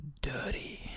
Dirty